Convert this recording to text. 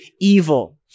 evil